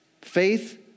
Faith